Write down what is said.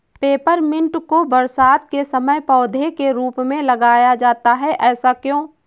Peppermint को बरसात के समय पौधे के रूप में लगाया जाता है ऐसा क्यो?